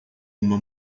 uma